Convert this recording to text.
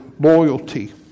loyalty